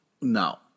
No